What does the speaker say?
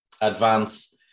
advance